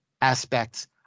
aspects